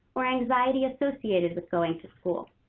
or anxiety associated with going to school